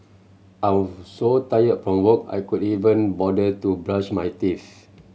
I was so tired from work I could even bother to brush my teeth